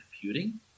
computing